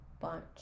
bunch